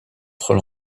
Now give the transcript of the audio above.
trop